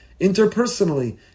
interpersonally